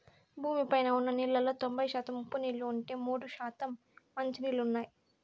భూమి పైన ఉన్న నీళ్ళలో తొంబై శాతం ఉప్పు నీళ్ళు ఉంటే, మూడు శాతం మంచి నీళ్ళు ఉన్నాయి